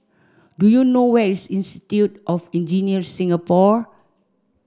do you know where is Institute of Engineers Singapore